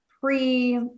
pre